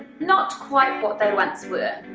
not quite what they once were.